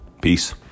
Peace